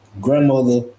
Grandmother